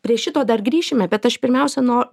prie šito dar grįšime bet aš pirmiausia no